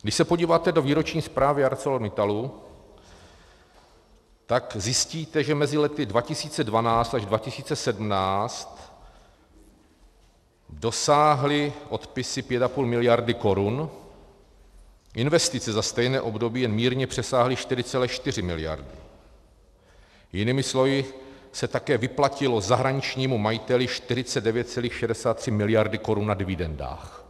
Když se podíváte do výroční zprávy ArcelorMittalu, tak zjistíte, že mezi lety 2012 až 2017 dosáhly odpisy 5,5 mld. korun, investice za stejné období jen mírně přesáhly 4,4 mld., jinými slovy se také vyplatilo zahraničnímu majiteli 49,63 mld. korun na dividendách.